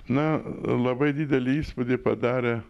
na labai didelį įspūdį padarė